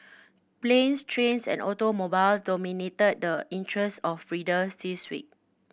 planes trains and automobiles dominated the interests of readers this week